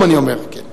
אני אומר: בנאום.